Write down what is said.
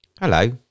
Hello